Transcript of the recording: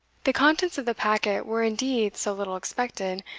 the contents of the packet were indeed so little expected,